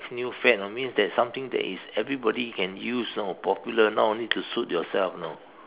new fad you know means that something that is everybody can use so popular now need to suit yourself you know